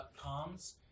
comms